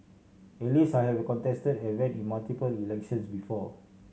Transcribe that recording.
at least I have contested and ran in multiple elections before